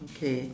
okay